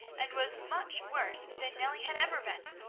and was much worse than nellie had ever been.